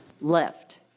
left